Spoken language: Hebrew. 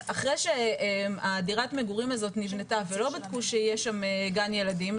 אחרי שדירת המגורים הזאת נבנתה ולא בדקו שיהיה שם גן ילדים,